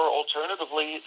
alternatively